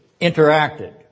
interacted